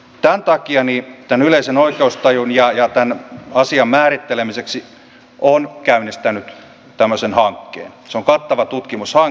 tämän takia olen yleisen oikeustajun ja tämän asian määrittelemiseksi käynnistänyt tämmöisen hankkeen